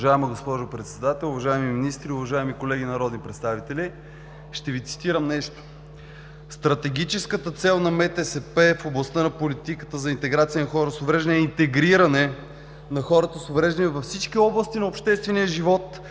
Уважаема госпожо Председател, уважаеми министри, уважаеми колеги народни представители! Ще Ви цитирам нещо: „Стратегическата цел на МТСП в областта на политиката за интеграция на хора с увреждания е интегриране на хората с увреждане във всички области на обществения живот